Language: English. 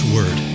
Word